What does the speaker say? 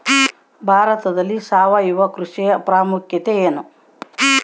ಭಾರತದಲ್ಲಿ ಸಾವಯವ ಕೃಷಿಯ ಪ್ರಾಮುಖ್ಯತೆ ಎನು?